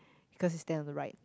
because you stand on the right